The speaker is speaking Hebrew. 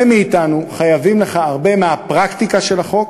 מאתנו חייבים לך הרבה מהפרקטיקה של החוק,